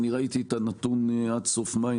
ראיתי את הנתון עד סוף מאי,